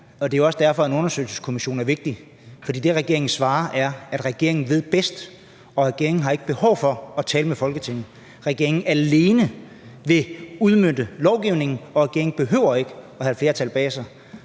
Det er også derfor, at en undersøgelseskommission er vigtig. For det, regeringen svarer, er, at regeringen ved bedst, og at regeringen ikke har behov for at tale med Folketinget. Regeringen vil udmønte lovgivningen alene, og regeringen behøver ikke at have et flertal bag sig.